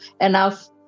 enough